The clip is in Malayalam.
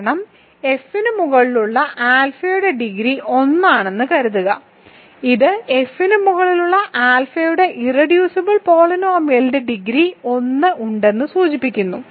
കാരണം F നു മുകളിലുള്ള ആൽഫയുടെ ഡിഗ്രി 1 ആണെന്ന് കരുതുക ഇത് F ന് മുകളിലുള്ള ആൽഫയുടെ ഇർറെഡ്യൂസിബിൾ പോളിനോമിയലിന് ഡിഗ്രി 1 ഉണ്ടെന്ന് സൂചിപ്പിക്കുന്നു